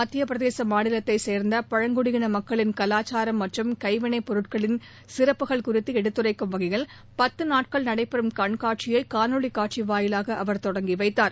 மத்திய பிரதேச மாநிலத்தை சேர்ந்த பழங்குடியின மக்களின் கலாச்சாரம் மற்றும் கைவினைப் பொருட்களின் சிறப்புகள் குறித்து எடுத்துரைக்கும் வகையில் பத்து நாட்கள் நடைபெறும் கண்காட்சியை காணொலி காட்சி வாயிலாக அவர் தொடங்கி வைத்தார்